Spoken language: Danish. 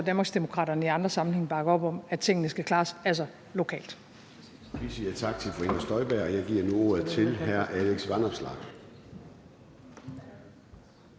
at Danmarksdemokraterne i andre sammenhænge bakker op om, altså at tingene skal klares lokalt.